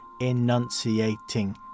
enunciating